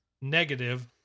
negative